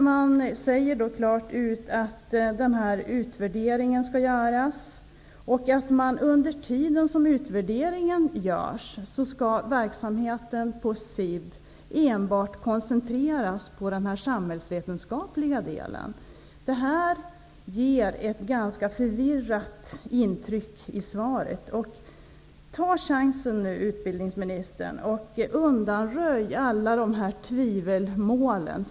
Det sägs klart ut att denna utvärdering skall göras och att verksamheten på SIB under den tid som utvärderingen görs skall koncentreras enbart på den samhällsvetenskapliga delen. Det ger ett ganska förvirrat intryck i svaret. Ta chansen nu, utbildningsministern, att undanröja alla dessa tvivel.